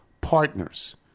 partners